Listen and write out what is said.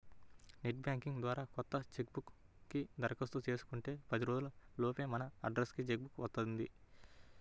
net banking ద్వారా కొత్త cheque book కి దరఖాస్తు చేసుకుంటే పది రోజుల లోపే మన అడ్రస్ కి చెక్ బుక్ వస్తుంది